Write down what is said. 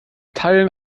teilen